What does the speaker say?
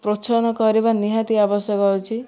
ପ୍ରୋତ୍ସାହନ କରିବା ନିହାତି ଆବଶ୍ୟକ ଅଛି